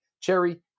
cherry